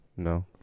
No